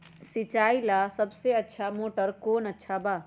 सिंचाई ला सबसे अच्छा मोटर कौन बा?